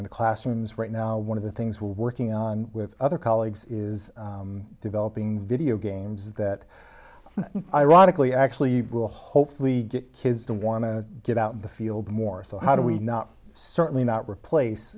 into classrooms right now one of the things we're working on with other colleagues is developing video games that ironically actually will hopefully get kids to want to get out in the field more so how do we not certainly not replace